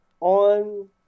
on